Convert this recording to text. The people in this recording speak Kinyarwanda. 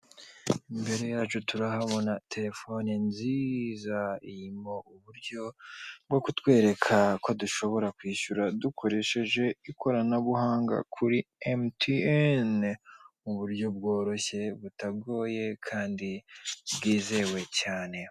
Imbere yacu turahabona telehhone nziza irimo uburyo bwo kutwereka ko dushobora kwishyura dukoresheje ikoranabihanga kuri MTN, uburyo bworoshye butagoye kandi bwizewe cyane.